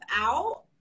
out